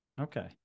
Okay